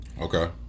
okay